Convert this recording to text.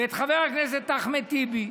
ואת חבר הכנסת אחמד טיבי,